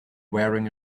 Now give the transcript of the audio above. wearing